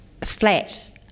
flat